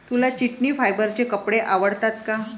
तुला चिटिन फायबरचे कपडे आवडतात का?